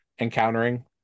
encountering